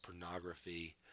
pornography